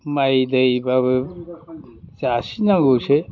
माइ दैबाबो जासिननांगौसो